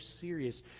serious